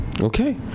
Okay